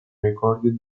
recorded